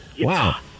Wow